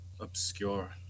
obscure